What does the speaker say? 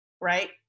right